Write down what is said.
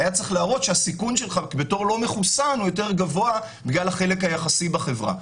הסיכון שלך בתור לא מחוסן הוא יותר גבוה בגלל החלק היחסי בחברה.